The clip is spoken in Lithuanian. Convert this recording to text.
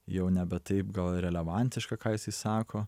jau nebe taip gal relevantiška ką jisai sako